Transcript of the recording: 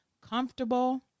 comfortable